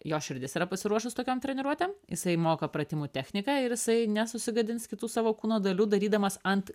jo širdis yra pasiruošus tokiom treniruotėm jisai moka pratimų techniką ir jisai nesusigadins kitų savo kūno dalių darydamas ant